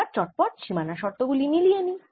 এবার চটপট সীমানা শর্ত গুলি মিলিয়ে নিই